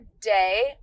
day